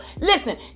listen